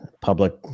public